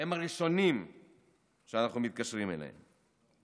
הם הראשונים שאנחנו מתקשרים אליהם.